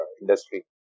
industry